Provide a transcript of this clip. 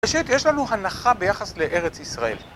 פשוט יש לנו הנחה ביחס לארץ ישראל